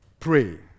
Pray